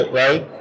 right